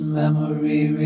memory